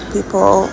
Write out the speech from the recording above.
People